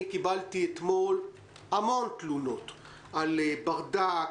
קיבלתי אתמול המון תלונות על ברדק,